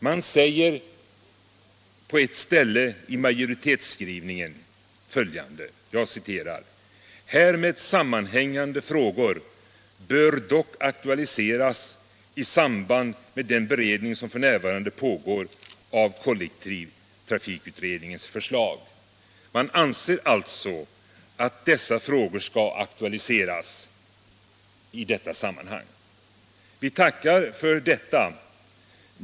Man säger på ett ställe i majoritetsskrivningen följande: ”Härmed sammanhängande frågor bör dock aktualiseras i samband med den beredning som f. n. pågår av kollektivtrafikutredningens förslag.” Vi tackar för detta.